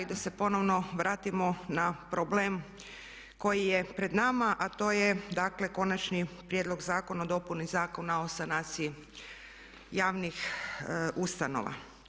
I da se ponovno vratimo na problem koji je pred nama a to je dakle Konačni prijedlog Zakona o dopuni Zakona o sanaciji javnih ustanova.